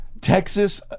Texas